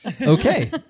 Okay